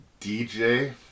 dj